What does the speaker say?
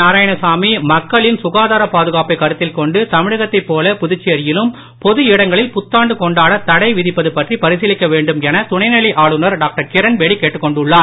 நாரயாணசாமிமக்களின்சுகாதாரபாதுகாப்பைகருத்தில்கொண்டு தமிழகத்தைப்போலபுதுச்சேரியிலும் பொதுஇடங்களில்புத்தாண்டுகொண்டாடத்தடைவிதிப்பதுபற்றிபரிசீலிக்க வேண்டும்எனதுணைநிலைஆளுநர்டாக்டர்கிரண்பேடிகேட்டுக்கொண்டு ள்ளார்